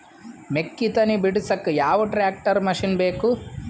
ಮೆಕ್ಕಿ ತನಿ ಬಿಡಸಕ್ ಯಾವ ಟ್ರ್ಯಾಕ್ಟರ್ ಮಶಿನ ಬೇಕು?